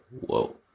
whoa